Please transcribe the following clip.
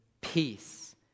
peace